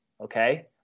okay